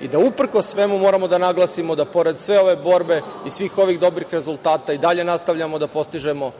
I da uprkos svemu moramo da naglasimo da pored sve ove borbe i svih ovih dobrih rezultata i dalje nastavljamo da postižemo